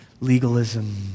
legalism